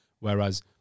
Whereas